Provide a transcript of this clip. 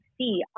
see